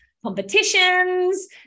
Competitions